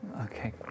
Okay